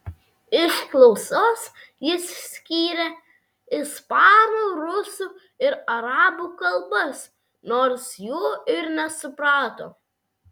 iš klausos jis skyrė ispanų rusų ir arabų kalbas nors jų ir nesuprato